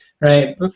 Right